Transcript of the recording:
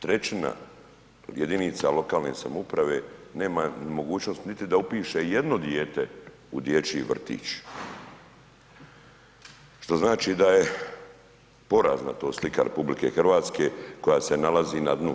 Trećina jedinica lokalne samouprave nam ni mogućnost niti da upiše jedno dijete u dječji vrtić, što znači da je porazna to slika RH, koja se nalazi na dnu.